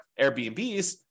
Airbnbs